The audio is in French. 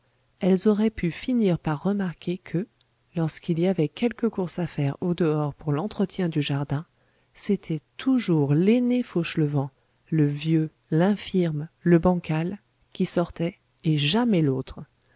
elles auraient pu finir par remarquer que lorsqu'il y avait quelque course à faire au dehors pour l'entretien du jardin c'était toujours l'aîné fauchelevent le vieux l'infirme le bancal qui sortait et jamais l'autre